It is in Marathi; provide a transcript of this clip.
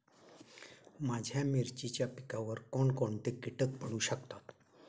माझ्या मिरचीच्या पिकावर कोण कोणते कीटक पडू शकतात?